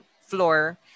floor